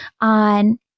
on